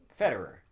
Federer